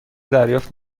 دریافت